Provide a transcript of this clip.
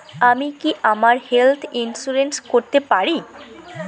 আমি কি আমার হেলথ ইন্সুরেন্স করতে পারি?